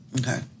Okay